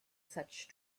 such